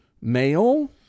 male